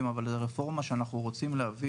עד לרגע הפרישה מה שאת רואה זה כמה צברת חיסכון.